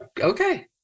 okay